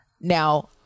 Now